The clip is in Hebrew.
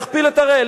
להכפיל את אריאל.